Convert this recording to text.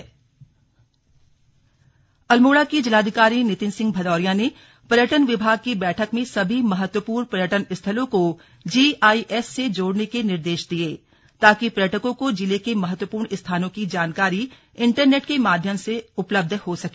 slug पर्यटन बैठक अल्मोड़ा अल्मोडा के जिलाधिकारी नितिन सिंह भदौरिया ने पर्यटन विभाग की बैठक में सभी महत्वपूर्ण पर्यटन स्थलों को जीआईएस से जोड़ने के निर्देश दिये ताकि पर्यटकों को जिले के महत्वपूर्ण स्थानों की जानकारी इंटरनेट के माध्यम से उपलब्ध हो सके